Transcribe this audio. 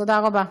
תודה רבה.